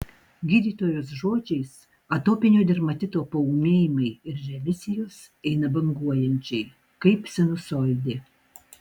gydytojos žodžiais atopinio dermatito paūmėjimai ir remisijos eina banguojančiai kaip sinusoidė